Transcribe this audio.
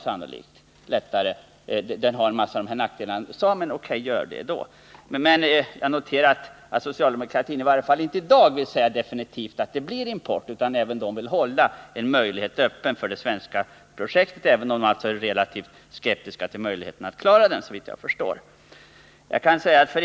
F 16 har visserligen en mängd nackdelar, men välj då det planet i stället. Jag noterar dock att socialdemokraterna i varje fall inte i dag definitivt vill säga att det blir en import, utan även de vill hålla en möjlighet öppen för det svenska projektet, trots att de, såvitt jag förstår. är relativt skeptiska till möjligheterna att vi skall klara av detta projekt.